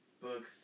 book